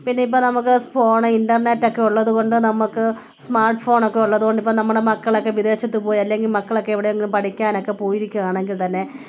പിന്നെ ഇപ്പം നമുക്ക് സ് ഫോണ് ഇൻ്റെർനെറ്റ് ഒക്കെ ഉള്ളതുകൊണ്ട് നമുക്ക് സ്മാർട്ട് ഫോണോക്കെ ഉള്ളതുകൊണ്ട് നമ്മുടെ മക്കളൊക്കെ വിദേശത്ത് പോയി അല്ലെങ്കിൽ മക്കളൊക്കെ എവിടെയെങ്കിലും പഠിക്കാനൊക്കെ പോയിരിക്കുകയാണെങ്കിൽ തന്നെ